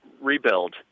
rebuild